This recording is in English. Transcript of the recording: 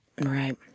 right